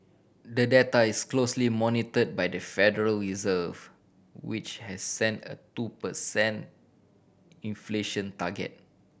the data is closely monitor by the Federal Reserve which has set a two per cent inflation target